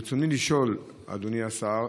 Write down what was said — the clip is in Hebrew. ברצוני לשאול, אדוני השר: